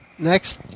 Next